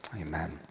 Amen